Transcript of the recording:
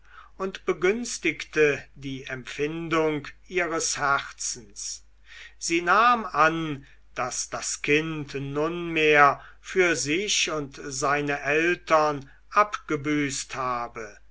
und begünstigte die empfindung ihres herzens sie nahm an daß das kind nunmehr für sich und seine eltern abgebüßt habe